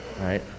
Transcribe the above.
right